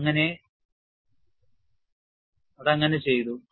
അത് അങ്ങനെ ചെയ്തു